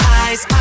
eyes